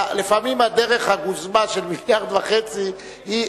לפעמים דרך הגוזמה של 1.5 מיליארד היא,